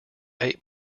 eight